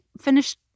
finished